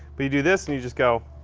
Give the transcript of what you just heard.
but you do this and you just go.